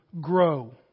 grow